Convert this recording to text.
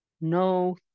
no